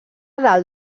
dalt